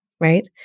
right